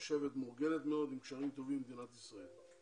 נחשבת מאורגנת מאוד, עם קשרים טובים למדינת ישראל.